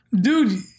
Dude